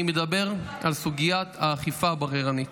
אני מדבר על סוגיית האכיפה הבררנית.